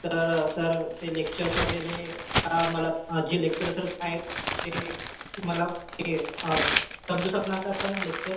तर सर ते लेक्चर्स वगैरे मला जे लेक्चरसर्स आहेत ते मला ये समजू शकणार का सर लेक्चर